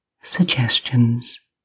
suggestions